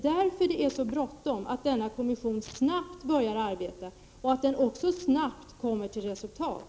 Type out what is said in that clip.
Därför är det så bråttom och viktigt att denna kommission snabbt börjar arbeta och att den snabbt kommer till resultat.